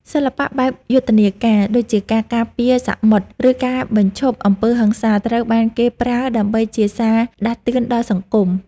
សិល្បៈបែបយុទ្ធនាការ ដូចជាការការពារសមុទ្រ ឬការបញ្ឈប់អំពើហិង្សា ត្រូវបានគេប្រើដើម្បីជាសារដាស់តឿនដល់សង្គម។